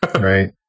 Right